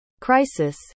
crisis